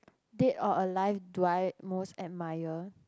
dead or alive do I most admire